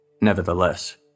Nevertheless